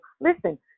listen